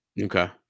okay